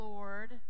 Lord